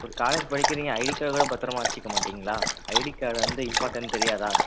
ஒரு காலேஜ் படிக்கிறீங்க ID card கூட பத்தரமாக வச்சிக்க மாட்டிங்களா ஐடி கார்டை வந்து இம்பார்ட்டண்ட் தெரியாதா